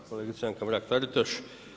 Kolegice Anka Mrak-TAritaš.